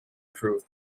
proved